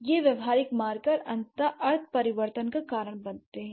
ये व्यावहारिक मार्कर अंततः अर्थ परिवर्तन का कारण बनते हैं